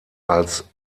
als